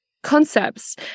concepts